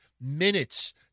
minutes